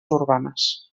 urbanes